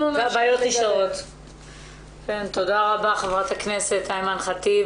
תודה רבה חברת הכנסת אימאן ח'טיב,